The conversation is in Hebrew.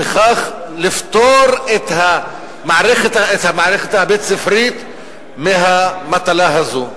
וכך לפטור את המערכת הבית-ספרית מהמטלה הזאת.